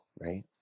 right